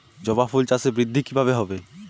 জবা ফুল চাষে বৃদ্ধি কিভাবে হবে?